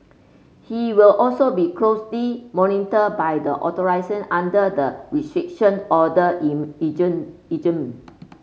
he will also be closely monitored by the authorities under the Restriction Order in regime regime